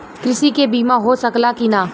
कृषि के बिमा हो सकला की ना?